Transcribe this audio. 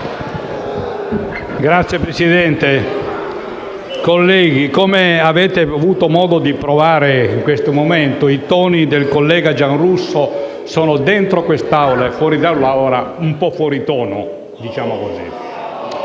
Signor Presidente, colleghi, come avete avuto modo di verificare, gli interventi del collega Giarrusso sono, dentro quest'Aula e fuori dall'Aula, un po' fuori tono, diciamo così.